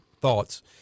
thoughts